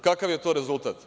Kakav je to rezultat?